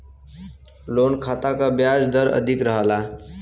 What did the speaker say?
loan खाता क ब्याज दर अधिक रहला